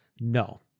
no